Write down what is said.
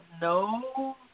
no